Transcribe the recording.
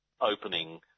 opening